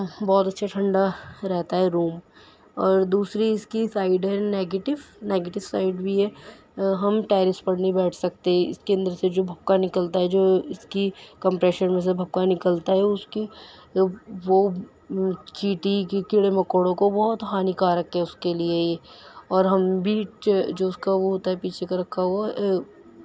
ہوں بہت اچھے ٹھنڈا رہتا ہے روم اور دوسری اس کی سائڈ ہے نگیٹو نگیٹو سائڈ بھی ہے ہم ٹیرس پر نہیں بیٹھ سکتے اس کے اندر سے جو بھپکا نکلتا ہے جو اس کی کمپریشر میں سے بھپکا نکلتا ہے اس کی وہ چینٹی کہ کیڑے مکوڑوں کو بہت ہانیکارک ہے اس کے لیے یہ اور ہم بھی جے جو اس کا وہ ہوتا ہے پیچھے کا رکھا ہوا